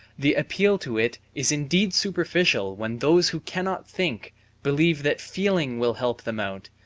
the appeal to it is indeed superficial when those who cannot think believe that feeling will help them out,